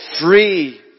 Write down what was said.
free